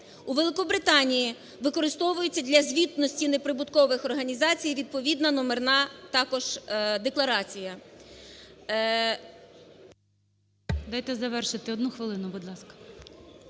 У Великобританії використовується для звітності неприбуткових організацій відповідно номерна також декларація.